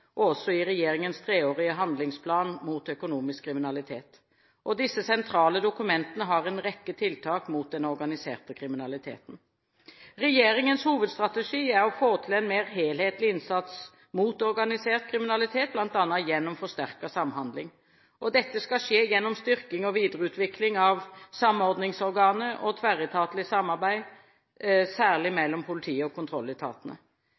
i regjeringens treårige handlingsplan mot økonomisk kriminalitet. Disse sentrale dokumentene har en rekke tiltak mot den organiserte kriminaliteten. Regjeringens hovedstrategi er å få til en mer helhetlig innsats mot organisert kriminalitet, bl.a. gjennom forsterket samhandling. Dette skal skje gjennom styrking og videreutvikling av samordningsorganet og tverretatlig samarbeid, særlig mellom politiet og kontrolletatene.